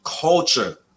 Culture